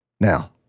Now